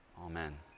Amen